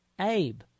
Abe